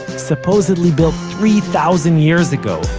supposedly built three-thousand years ago,